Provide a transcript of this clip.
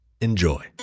Enjoy